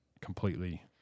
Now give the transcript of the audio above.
completely